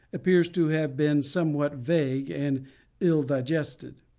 appears to have been somewhat vague and ill-digested.